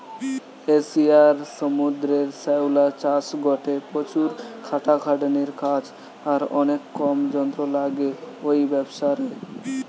এশিয়ার সমুদ্রের শ্যাওলা চাষ গটে প্রচুর খাটাখাটনির কাজ আর অনেক কম যন্ত্র লাগে ঔ ব্যাবসারে